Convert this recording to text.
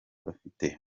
bafite